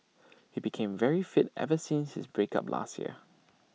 he became very fit ever since his break up last year